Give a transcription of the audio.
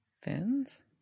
Fins